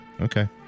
Okay